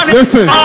Listen